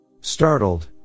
Startled